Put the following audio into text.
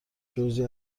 جزعی